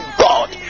god